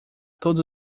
todos